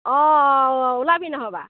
অ অ ওলাবি ন'হবা